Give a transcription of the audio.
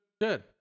good